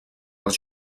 els